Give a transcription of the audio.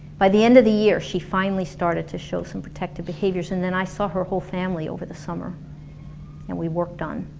by the end of the year she finally started to show some protective behaviors and then i saw her whole family over the summer and we worked on